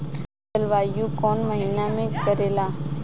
जलवायु कौन महीना में करेला?